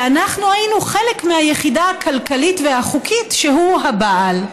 ואנחנו היינו חלק מהיחידה הכלכלית והחוקית שהוא הבעל.